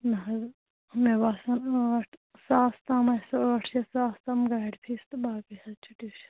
نہ حظ مےٚ باسان ٲٹھ ساس تام آسِوٕ ٲٹھ شیٚتھ ساس تام گاڑِ فیٖس تہٕ باقٕے حٲز چھُ ٹِیوٗشَن فیٖس